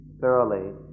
thoroughly